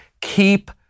Keep